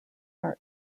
are